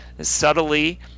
subtly